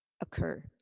occur